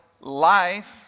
life